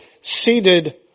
seated